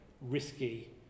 risky